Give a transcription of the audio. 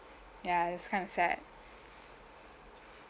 ya that's kind of sad